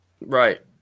Right